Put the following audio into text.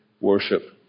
worship